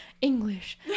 English